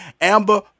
Amber